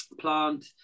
plant